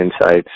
insights